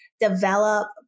develop